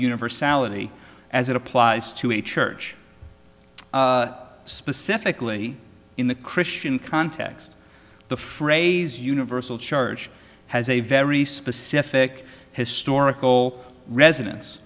universality as it applies to a church specifically in the christian context the phrase universal church has a very specific historical residence